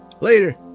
later